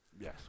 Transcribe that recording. Yes